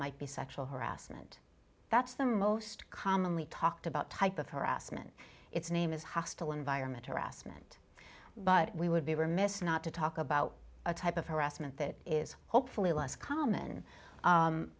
might be sexual harassment that's the most commonly talked about type of harassment it's name is hostile environment harassment but we would be remiss not to talk about a type of harassment that is hopefully less common